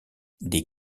des